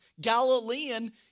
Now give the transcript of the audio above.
Galilean